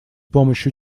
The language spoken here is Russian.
помощью